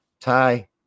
Ty